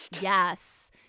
Yes